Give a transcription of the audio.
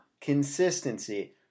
consistency